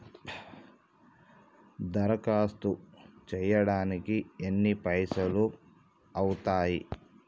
దరఖాస్తు చేయడానికి ఎన్ని పైసలు అవుతయీ?